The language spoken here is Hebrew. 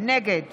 נגד